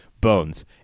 Bones